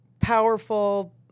powerful